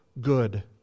good